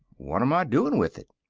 what'm i doin' with it?